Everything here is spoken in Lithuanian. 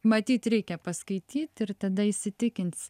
matyt reikia paskaityt ir tada įsitikins